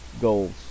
goals